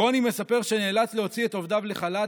רוני מספר שהוא נאלץ להוציא את עובדיו לחל"ת,